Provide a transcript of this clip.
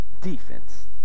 defense